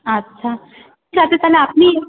আচ্ছা ঠিক আছে তাহলে আপনি